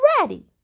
ready